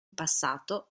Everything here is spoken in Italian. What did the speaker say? passato